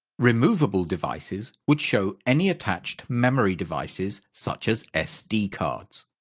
removable devices would show any attached memory devices such as sd cards.